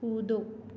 कूदो